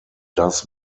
does